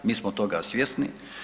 Mi smo toga svjesni.